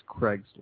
craigslist